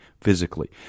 physically